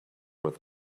with